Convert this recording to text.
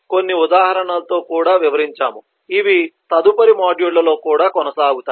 కొన్ని ఉదాహరణల తో కూడా వివరించాము ఇవి తదుపరి మాడ్యూళ్ళలో కూడా కొనసాగుతాయి